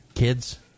Kids